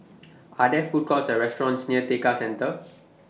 Are There Food Courts Or restaurants near Tekka Centre